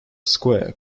square